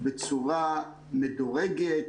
בצורה מדורגת,